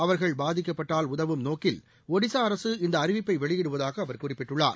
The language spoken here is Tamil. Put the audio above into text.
அவர்கள் பாதிக்கப்பட்டால் உதவும் நோக்கில் ஒடிசா அரசு இந்த அறிவிப்பை வெளியிடுவதாக அவர் கூறியுள்ளார்